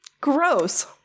gross